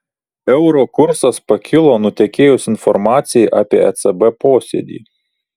euro kursas pakilo nutekėjus informacijai apie ecb posėdį